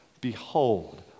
Behold